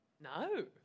No